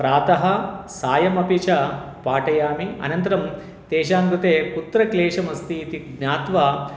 प्रातः सायमपि च पाठयामि अनन्तरं तेषां कृते कुत्र क्लेशमस्ति इति ज्ञात्वा